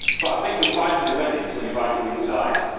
but i think we're finally ready to invite you inside.